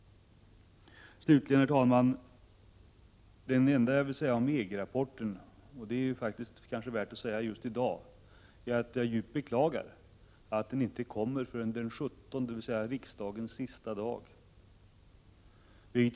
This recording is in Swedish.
Slutligen, herr talman! Det enda som jag vill säga om EG-rapporten — detta är kanske värt att säga just i dag — är att jag djupt beklagar att den inte kommer förrän den 17 december — dvs. på riksdagens sista arbetsdag före juluppehållet.